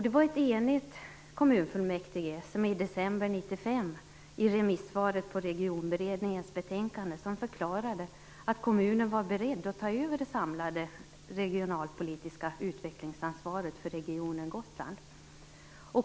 Det var ett enigt kommunfullmäktige som i december 1995 i remissvaret på Regionberedningens betänkande förklarade att kommunen var beredd att ta över det samlade regionalpolitiska utvecklingsansvaret för regionen Gotland.